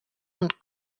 und